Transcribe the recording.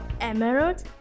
emerald